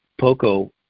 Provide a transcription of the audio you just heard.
Poco